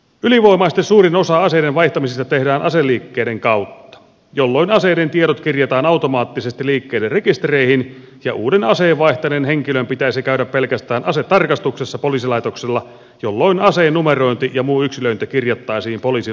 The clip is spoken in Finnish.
ylivoimaisesti suurin osa aseiden vaihtamisista tehdään aseliikkeiden kautta jolloin aseiden tiedot kirjataan automaattisesti liikkeiden rekistereihin ja uuden aseen vaihtaneen henkilön pitäisi käydä pelkästään asetarkastuksessa poliisilaitoksella jolloin aseen numerointi ja muu yksilöinti kirjattaisiin poliisin luparekisteriin